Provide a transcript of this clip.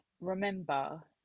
remember